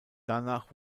danach